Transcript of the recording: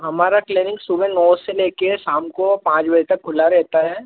हमारा क्लीनिक सुबह नौ से ले कर शाम को पाँच बजे तक खुला रहता है